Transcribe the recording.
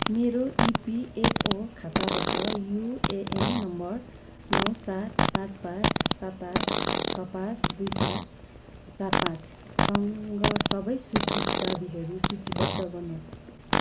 मेरो इपिएफओ खाताबाट UAN number नौ सात पाँच पाँच सात आठ छ पाँच दुई सात चार पाँचसँग सबै स्वीकृत दावीहरू सूचीवद्ध गर्नुहोस्